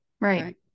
right